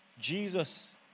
Jesus